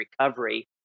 recovery